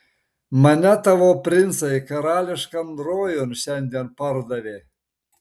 mane tavo princai karališkan rojun šiandien pardavė